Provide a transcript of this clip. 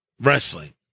Wrestling